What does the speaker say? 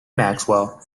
maxwell